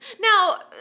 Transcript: Now